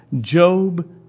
Job